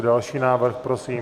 Další návrh, prosím.